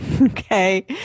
Okay